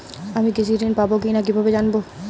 আমি কৃষি ঋণ পাবো কি না কিভাবে জানবো?